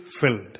filled